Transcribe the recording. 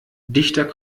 dichter